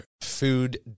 food